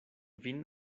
vin